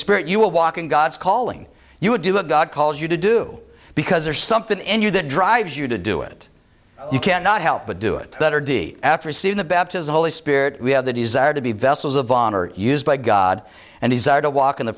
spirit you will walk in god's calling you would do it god calls you to do because or something and you that drives you to do it you cannot help but do it better d after seeing the baptism holy spirit we have the desire to be vessels of honor used by god and he to walk in the